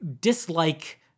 dislike